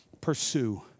pursue